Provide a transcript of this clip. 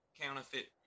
counterfeit